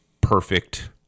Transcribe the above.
perfect